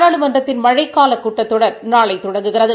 நாடாளுமன்றத்தின் மழைக்கால கூட்டத்தொடர் நாளை தொடங்குகிறது